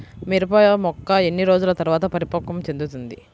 మిరప మొక్క ఎన్ని రోజుల తర్వాత పరిపక్వం చెందుతుంది?